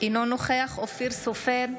אינו נוכח אופיר סופר,